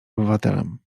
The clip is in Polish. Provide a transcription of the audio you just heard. obywatelem